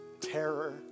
terror